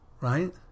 Right